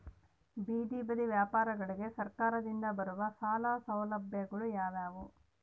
ಬೇದಿ ಬದಿ ವ್ಯಾಪಾರಗಳಿಗೆ ಸರಕಾರದಿಂದ ಬರುವ ಸಾಲ ಸೌಲಭ್ಯಗಳು ಯಾವುವು?